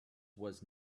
was